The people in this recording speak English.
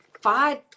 five